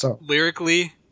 lyrically